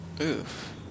Oof